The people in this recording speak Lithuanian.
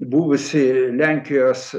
buvusi lenkijos